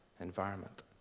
environment